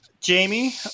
jamie